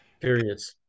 periods